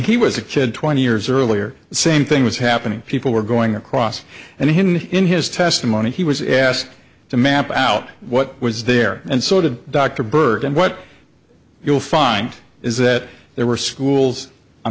he was a kid twenty years earlier the same thing was happening people were going across and hidden in his testimony he was asked to map out what was there and sort of dr burke and what you'll find is that there were schools on